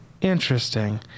Interesting